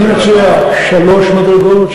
ואני מציע שלוש מדרגות,